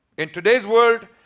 in today's world,